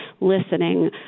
listening